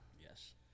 Yes